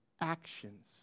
actions